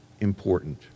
important